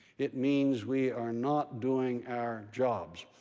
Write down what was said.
it means we are not doing our jobs.